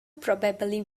probably